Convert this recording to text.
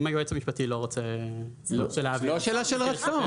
אם היועץ המשפטי לא רוצה להעביר --- זו לא שאלה של רצון.